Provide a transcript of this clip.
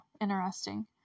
interesting